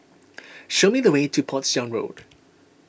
show me the way to Portsdown Road